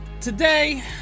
today